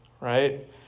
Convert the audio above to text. right